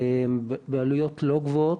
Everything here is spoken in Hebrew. בעלויות לא גבוהות,